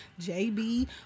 JB